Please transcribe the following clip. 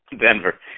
Denver